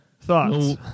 Thoughts